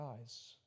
eyes